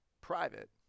private